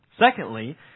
Secondly